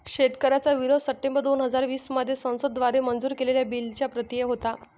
शेतकऱ्यांचा विरोध सप्टेंबर दोन हजार वीस मध्ये संसद द्वारे मंजूर केलेल्या बिलच्या प्रति होता